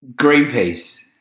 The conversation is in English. greenpeace